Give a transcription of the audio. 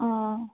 অঁ